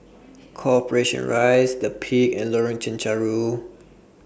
Corporation Rise The Peak and Lorong Chencharu